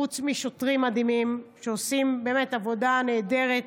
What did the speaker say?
חוץ משוטרים מדהימים שעושים באמת עבודה נהדרת,